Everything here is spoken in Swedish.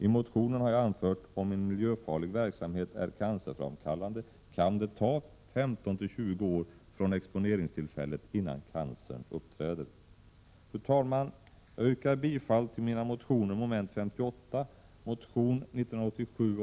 I motionen har jag anfört att om en miljöfarlig verksamhet är cancerframkallande kan det ta 15-20 år från exponeringstillfället innan cancern uppträder. Fru talman!